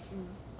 mm